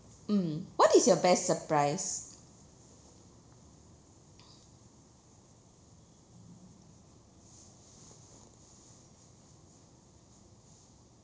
mm what is your best surprise